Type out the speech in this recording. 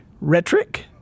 rhetoric